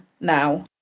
now